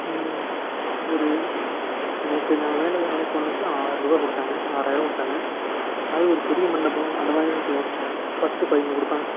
ம் ஒரு நேற்று நான் வேலை வேலைக்கு போனதுக்கு ஆறுபா கொடுத்தாங்க ஆறாயிரம் கொடுத்தாங்க அது ஒரு பெரிய மண்டபம் அந்த மாதிரி இருந்துச்சுன்னு வச்சுக்கோ பத்து பதினோன்று கொடுப்பாங்க